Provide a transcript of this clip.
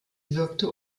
wirkte